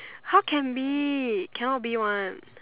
how can be cannot be one